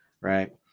right